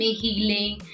healing